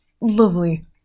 lovely